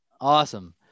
Awesome